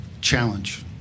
challenge